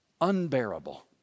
unbearable